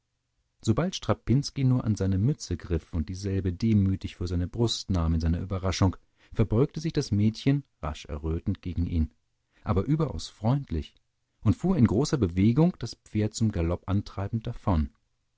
sobald strapinski nur an seine mütze griff und dieselbe demütig vor seine brust nahm in seiner überraschung verbeugte sich das mädchen rasch errötend gegen ihn aber überaus freundlich und fuhr in großer bewegung das pferd zum galopp antreibend davon